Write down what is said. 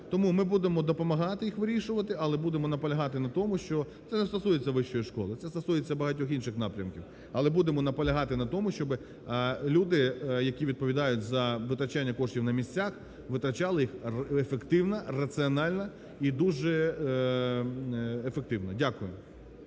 Тому ми будемо допомагати їх вирішувати, але будемо наполягати на тому, що… Це не стосується вищої школи, це стосується багатьох інших напрямків, але будемо наполягати на тому, щоб люди, які відповідають за витрачання коштів на місцях, витрачали їх ефективно, раціонально і дуже ефективно. Дякую.